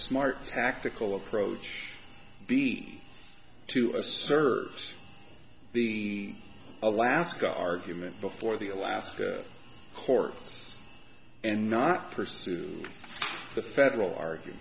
smart tactical approach be to serve the alaska argument before the alaska courts and not pursue the federal argue